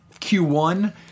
Q1